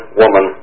woman